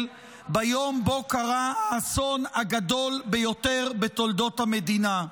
ביום שבו קרה האסון הגדול ביותר בתולדות המדינה.